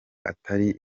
atari